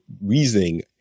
reasoning